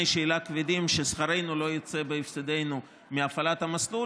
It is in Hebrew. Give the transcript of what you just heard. שאלה כבדים ששכרנו לא יצא בהפסדנו מהפעלת המסלול,